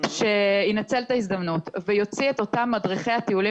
שינצל את ההזדמנות ויוציא את אותם מדריכי הטיולים